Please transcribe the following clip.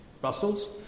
Brussels